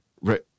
right